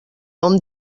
hom